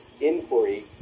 inquiry